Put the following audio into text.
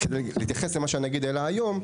כדי להתייחס לחשש שהנגיד העלה היום,